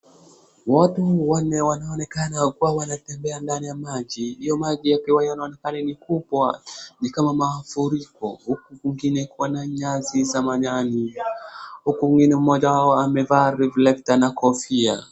Watu wanne wanaonekana wakiwa wanatembea ndani ya maji. Hiyo maji yakiwa yanaonekana ni kubwa ni kama mafuriko huku kwingine kukiwa na nyasi za majani. huku kwingine mmoja wao amevaa reflector na kofia.